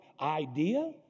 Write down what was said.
idea